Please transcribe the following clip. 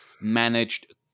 managed